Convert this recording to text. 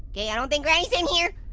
yeah i don't think granny's in here,